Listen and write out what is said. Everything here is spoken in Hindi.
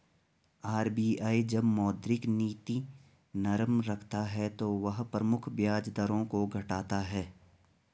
आर.बी.आई जब मौद्रिक नीति नरम रखता है तो वह प्रमुख ब्याज दरों को घटाता है